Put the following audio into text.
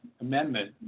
amendment